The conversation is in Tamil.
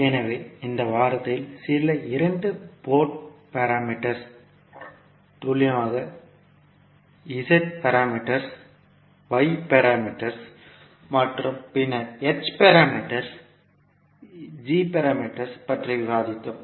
எனவே இந்த வாரத்தில் சில இரண்டு போர்ட் பாராமீட்டர்ஸ் துல்லியமாக z பாராமீட்டர்ஸ் y பாராமீட்டர்ஸ் மற்றும் பின்னர் h பாராமீட்டர்ஸ் g பாராமீட்டர்ஸ் பற்றி விவாதித்தோம்